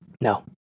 No